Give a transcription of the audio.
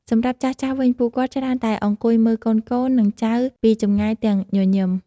សម្រាប់ចាស់ៗវិញ ពួកគាត់ច្រើនតែអង្គុយមើលកូនៗ និងចៅពីចម្ងាយទាំងញញឹម។